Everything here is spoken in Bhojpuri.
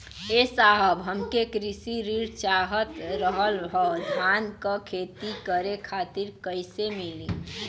ए साहब हमके कृषि ऋण चाहत रहल ह धान क खेती करे खातिर कईसे मीली?